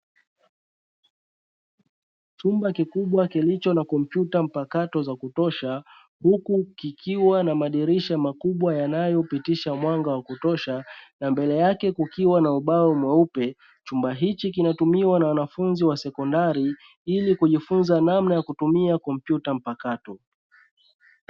Chumba kikubwa kilicho na kompyuta mpakato za kutosha huku kikiwa na madirisha makubwa yanayopitisha mwanga wa kutosha na mbele yake kukiwa na ubao mweupe, chumba hiki kinatumiwa na wanafunzi wa sekondari ili kujifunza namna ya kutumia kompyuta mpakato.